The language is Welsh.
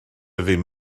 ddim